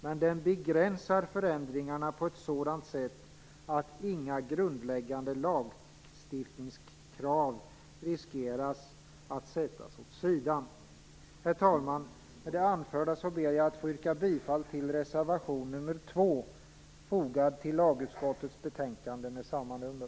Men den begränsar förändringarna på ett sådant sätt att inga grundläggande lagstiftningskrav riskerar att sättas åt sidan Herr talman! Med det anförda yrkar jag bifall till reservation nr 2 fogad till lagutskottets betänkande med samma nummer.